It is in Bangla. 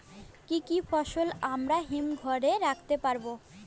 কি কি ফসল আমরা হিমঘর এ রাখতে পারব?